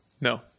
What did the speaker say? no